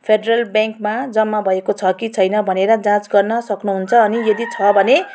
federal ब्याङ्कमा जम्मा भएको छ कि छैन भनेर जाँच गर्न सक्नुहुन्छ अनि यदि छ भने